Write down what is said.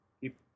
keep